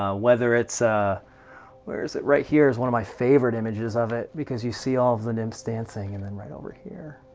ah whether it's where is it. right here is one of my favorite images of it because you see all of the nymphs dancing and then right over here,